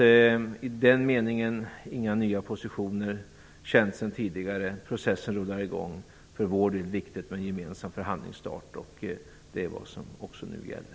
I den meningen är det alltså inga nya positioner. Det här är känt sedan tidigare. Processen rullar i gång. För vår del är det viktigt med en gemensam förhandlingsstart. Det är också vad som nu gäller.